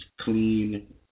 clean